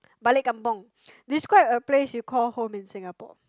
balik-kampung describe a place you call home in Singapore